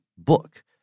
book